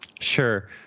Sure